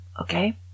Okay